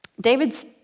David's